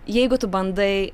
jeigu tu bandai